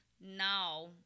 now